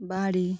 বাড়ি